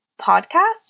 podcast